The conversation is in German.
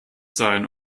sein